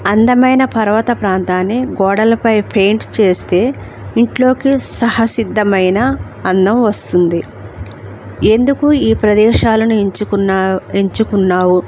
అందమైన పర్వత ప్రాంతాన్ని గోడలపై పెయింట్ చేస్తే ఇంట్లోకి సహజసిద్ధమైన అందం వస్తుంది ఎందుకు ఈ ప్రదేశాలను ఎంచుకున్నా ఎంచుకున్నావు